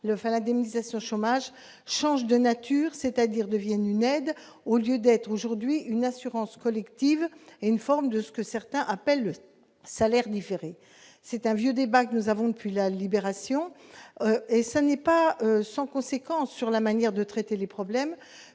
indemnisation chômage change de nature, c'est-à-dire devienne une aide au lieu d'être aujourd'hui une assurance collective, une forme de ce que certains appellent le salaire différé, c'est un vieux débat que nous avons depuis la Libération et ce n'est pas sans conséquences sur la manière de traiter les problèmes